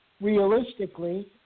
realistically